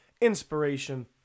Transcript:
inspiration